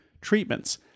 treatments